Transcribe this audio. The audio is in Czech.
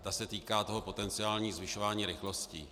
Ta se týká toho potenciálního zvyšování rychlostí.